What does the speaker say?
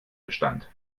bestand